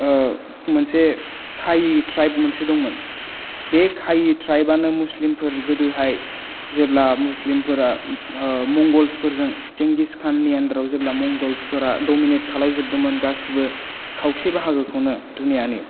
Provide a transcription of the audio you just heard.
मोनसे कायि ट्राइब मोनसे दंमोन बे कायि ट्राइबआनो मुसलिमफोर गोदोहाय जेब्ला मुसलिमफोरा मंगलसफोरजों जेंगिस खाननि आन्डाराव जेब्ला मंगलसफोरा डमिनेट खालायजोबदोंमोन गासैबो खावसे बाहागोखौनो दुनियानि